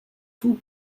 fou